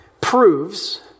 proves